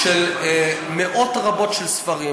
אני מנהל מערכת של מאות רבות של ספרים,